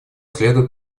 следует